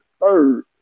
third